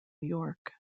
york